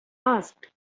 asked